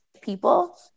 people